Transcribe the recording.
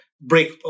break